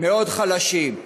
מאוד חלשים.